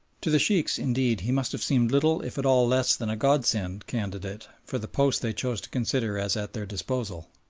to the sheikhs, indeed, he must have seemed little if at all less than a god-sent candidate for the post they chose to consider as at their disposal.